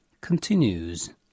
continues